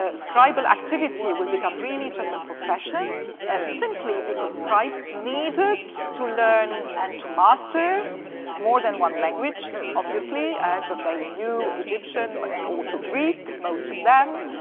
ah scribal activity will become really just a profession simply because scribes needed to learn and to master more than one language, obviously. ah just they knew egyptian but and also greek, most of them,